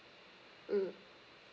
mm